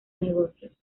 negocios